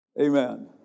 Amen